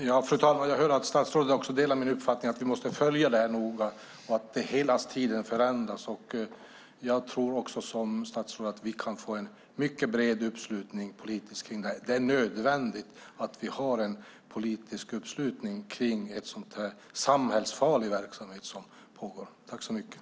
Fru talman! Jag hör att statsrådet delar min uppfattning att vi noga måste följa frågan eftersom förhållandena hela tiden förändras. Precis som statsrådet tror jag att vi kan få en mycket bred politisk uppslutning kring den. Det är nödvändigt att vi har en bred politisk uppslutning kring en så samhällsfarlig verksamhet som nätdroger innebär.